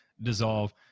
dissolve